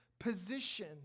position